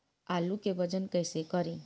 आलू के वजन कैसे करी?